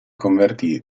convertì